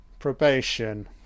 Probation